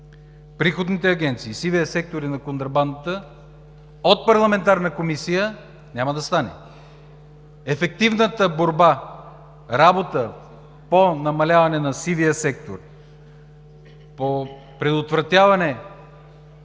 приходните агенции, сивия сектор и контрабандата от парламентарна комисия няма да стане. Ефективната борба, работата по намаляване на сивия сектор, по предотвратяване